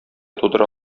тудыра